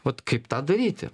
vat kaip tą daryti